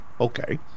okay